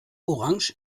orange